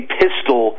pistol